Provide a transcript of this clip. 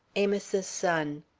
amos's son.